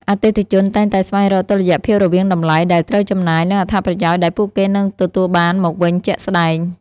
អតិថិជនតែងតែស្វែងរកតុល្យភាពរវាងតម្លៃដែលត្រូវចំណាយ និងអត្ថប្រយោជន៍ដែលពួកគេនឹងទទួលបានមកវិញជាក់ស្តែង។